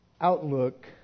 Outlook